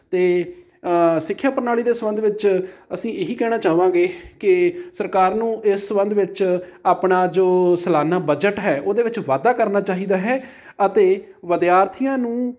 ਅਤੇ ਸਿੱਖਿਆ ਪ੍ਰਣਾਲੀ ਦੇ ਸੰਬੰਧ ਵਿੱਚ ਅਸੀਂ ਇਹੀ ਕਹਿਣਾ ਚਾਹਵਾਂਗੇ ਕਿ ਸਰਕਾਰ ਨੂੰ ਇਸ ਸੰਬੰਧ ਵਿੱਚ ਆਪਣਾ ਜੋ ਸਲਾਨਾ ਬਜਟ ਹੈ ਉਹਦੇ ਵਿੱਚ ਵਾਧਾ ਕਰਨਾ ਚਾਹੀਦਾ ਹੈ ਅਤੇ ਵਿਦਿਆਰਥੀਆਂ ਨੂੰ